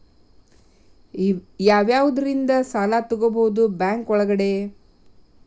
ಯಾವ್ಯಾವುದರಿಂದ ಸಾಲ ತಗೋಬಹುದು ಬ್ಯಾಂಕ್ ಒಳಗಡೆ?